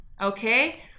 Okay